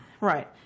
Right